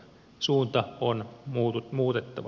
suuntaa on muutettava